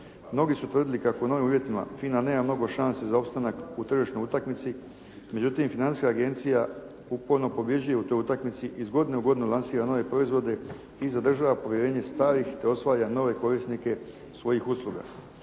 Mnogi su tvrdili kako u novim uvjetima FINA nema mnogo šanse za opstanak u tržišnoj utakmici, međutim Financijska agencija uporno pobjeđuje u toj utakmici i iz godine u godinu lansira nove proizvode i zadržava povjerenje starih, te osvaja nove korisnike svojih usluga.